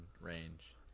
range